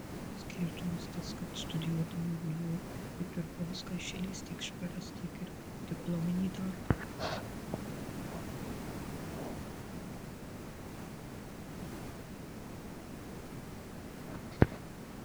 skirtumas tas kad studijuodama vu ji pirko viską iš eilės tiek šperas tiek ir diplominį darbą